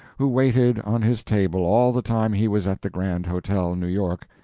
who waited on his table all the time he was at the grand hotel, new york,